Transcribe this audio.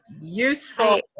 useful